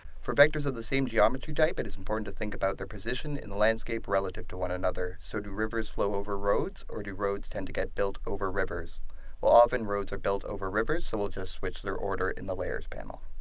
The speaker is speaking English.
for vectors of the same geometry type it is important to think about their position in the landscape relative to one another so do rivers flow over roads, or do roads tend to get built over rivers? well often roads are built over rivers, so we'll just switch their order in the layers panel.